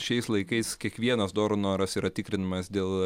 šiais laikais kiekvienas doro noras yra tikrinamas dėl